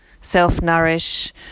self-nourish